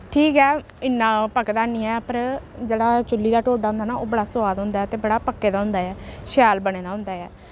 ठीक ऐ इ'न्ना ओह् पकदा हैन्नी ऐ पर जेह्ड़ा चु'ल्ली दा ढोडा होंदा ना ओह् बड़ा सोआद होंदा ऐ ते बड़ा पक्के दा होंदा ऐ शैल बने दा होंदा ऐ